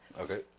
Okay